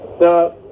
Now